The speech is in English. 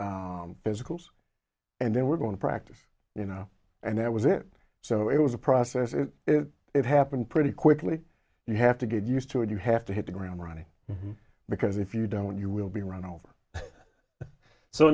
physicals and then we're going to practice you know and that was it so it was a process it happened pretty quickly you have to get used to it you have to hit the ground running because if you don't you will be run over so